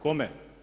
Kome?